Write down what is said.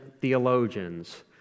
theologians